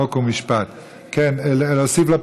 חוק ומשפט נתקבלה.